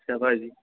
ਅੱਛਾ ਭਾਅ ਜੀ